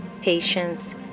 patience